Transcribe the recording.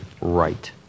right